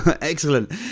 Excellent